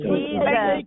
Jesus